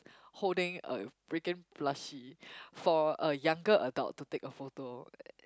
holding a freaking Plushie for a younger adult to take a photo